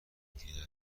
دیگه